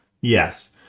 yes